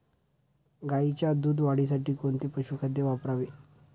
गाईच्या दूध वाढीसाठी कोणते पशुखाद्य वापरावे?